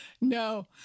no